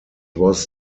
was